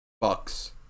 bucks